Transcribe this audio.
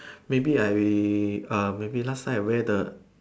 maybe I err maybe last time I wear the